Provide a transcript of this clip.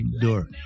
door